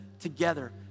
together